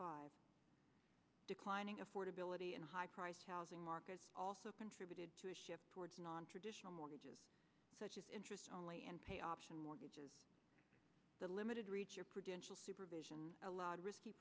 five declining affordability and high priced housing market also contributed to a shift towards nontraditional mortgages such as interest only in pay option mortgages the limited reach your produce supervision allowed risky